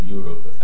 Europe